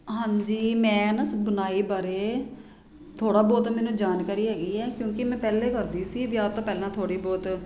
ਹਾਂਜੀ ਮੈਂ ਨਾ ਸ ਬੁਣਾਈ ਬਾਰੇ ਥੋੜ੍ਹਾ ਬਹੁਤ ਮੈਨੂੰ ਜਾਣਕਾਰੀ ਹੈਗੀ ਹੈ ਕਿਉਂਕਿ ਮੈਂ ਪਹਿਲੇ ਕਰਦੀ ਸੀ ਵਿਆਹ ਤੋਂ ਪਹਿਲਾ ਥੋੜ੍ਹੀ ਬਹੁਤ